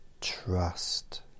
trust